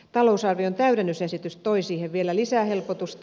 talousarvion täydennysesitys toi siihen vielä lisähelpotusta